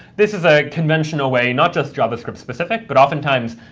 this is a conventional way, not just javascript specific, but oftentimes